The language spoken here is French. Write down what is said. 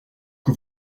que